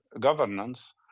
governance